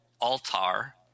Altar